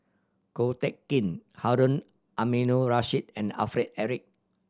Ko Teck Kin Harun Aminurrashid and Alfred Eric